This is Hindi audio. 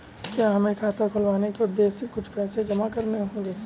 क्या हमें खाता खुलवाने के उद्देश्य से कुछ पैसे जमा करने होंगे?